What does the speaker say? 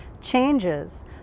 changes